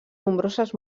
nombroses